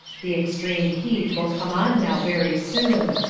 the extreme heat will come on now very soon,